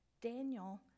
Daniel